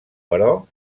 però